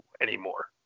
anymore